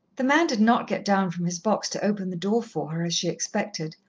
the man did not get down from his box to open the door for her, as she expected.